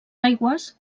aigües